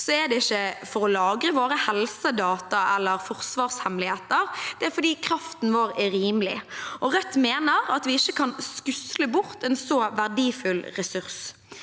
er det ikke for å lagre våre helsedata eller forsvarshemmeligheter, det er fordi kraften vår er rimelig. Rødt mener at vi ikke kan skusle bort en så verdifull ressurs.